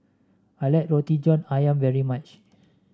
I like Roti John ayam very much